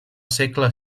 segle